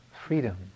freedom